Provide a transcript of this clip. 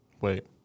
Wait